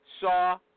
saw